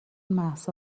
مهسا